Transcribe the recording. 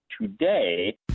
today